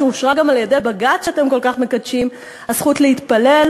שאושרה גם על-ידי בג"ץ שאתם כל כך מקדשים: הזכות להתפלל,